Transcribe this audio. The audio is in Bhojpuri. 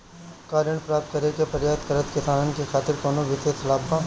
का ऋण प्राप्त करे के प्रयास करत किसानन के खातिर कोनो विशेष लाभ बा